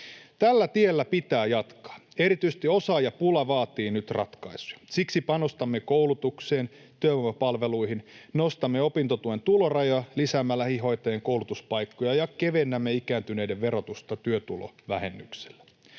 Tällä tiellä pitää jatkaa. Erityisesti osaajapula vaatii nyt ratkaisuja. Siksi panostamme koulutukseen ja työvoimapalveluihin, nostamme opintotuen tulorajoja, lisäämme lähihoitajien koulutuspaikkoja ja kevennämme ikääntyneiden verotusta työtulovähennyksellä.